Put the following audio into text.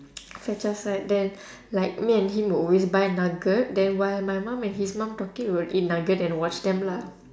fetch us right then like me and him would always buy nugget then while my mum and his mum talking we'll eat nugget and watch them lah